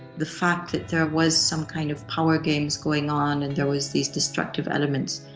the fact that there was some kind of power games going on and there was these destructive elements,